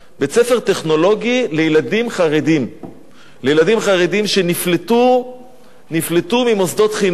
בית-ספר טכנולוגי לילדים חרדים שנפלטו ממוסדות חינוך